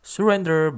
Surrender